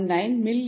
v 15